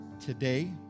Today